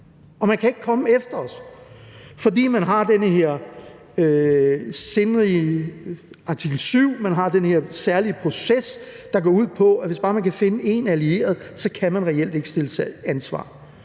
og man kan ikke komme efter os, fordi man har den her sindrige artikel 7, man har den her særlige proces, der går ud på, at hvis bare man kan finde én allieret, kan man reelt ikke stilles til ansvar.